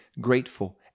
grateful